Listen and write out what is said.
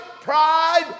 pride